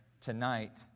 tonight